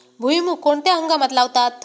भुईमूग कोणत्या हंगामात लावतात?